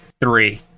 three